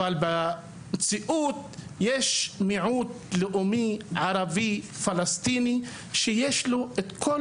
אבל במציאות יש מיעוט לאומי ערבי פלסטיני שיש לו את כל